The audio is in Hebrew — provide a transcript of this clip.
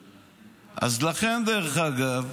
לכן, דרך אגב,